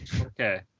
Okay